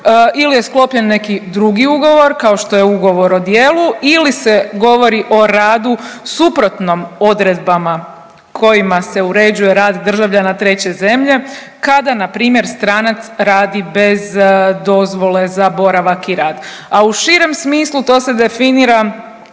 ili je sklopljen neki drugi ugovor kao što je ugovor o djelu ili se govori o radu suprotnom odredbama kojima se uređuje rad državljana treće zemlje kada npr. stranac radi bez dozvole za boravak i rad, a u širem smislu to se definira